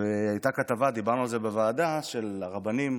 והייתה כתבה, דיברנו על זה בוועדה, על רבנים